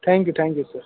thank you thank you sir